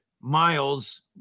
miles